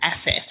asset